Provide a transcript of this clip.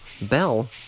Bell